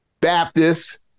Baptist